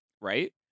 right